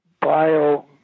bio